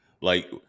Like-